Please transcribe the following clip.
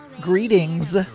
greetings